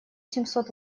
семьсот